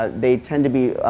ah they tend to be